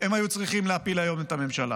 הם היו צריכים להפיל היום את הממשלה,